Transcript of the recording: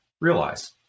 realize